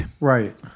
Right